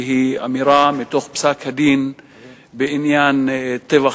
שהיא אמירה מתוך פסק-הדין בעניין טבח